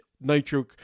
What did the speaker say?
nitro